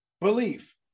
Belief